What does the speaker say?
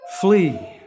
Flee